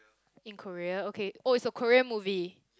in Korea okay oh is a Korea movie